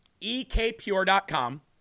EKPure.com